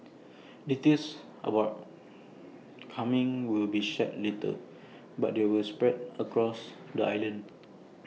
details about coming will be shared later but they will spread across the island